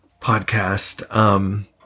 podcast